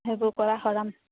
সেইবোৰ কৰা